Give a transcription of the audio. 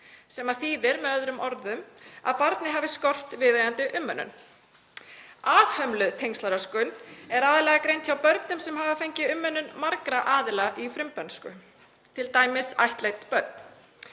sem þýðir með öðrum orðum að barnið hafi skort viðeigandi umönnun. Afhömluð tengslaröskun er aðallega greind hjá börnum sem hafa fengið umönnun margra aðila í frumbernsku, t.d. ættleidd börn.